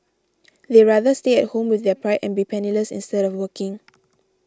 they rather stay at home with their pride and be penniless instead of working